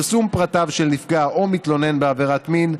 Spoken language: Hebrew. (פרסום פרטיו של נפגע או מתלונן בעבירות מין),